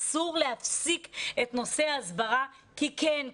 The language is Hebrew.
אסור להפסיק את נושא ההסברה כי כן,